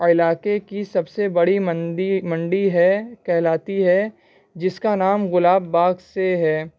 علاقے کی سب سے بڑی منڈی منڈی ہے کہلاتی ہے جس کا نام گلاب باغ سے ہے